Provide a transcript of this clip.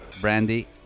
Brandy